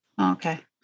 Okay